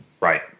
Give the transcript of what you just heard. Right